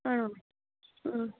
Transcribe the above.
ആണോ ആ